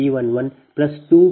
016 dPLossdP22P2B222B22P12B32P30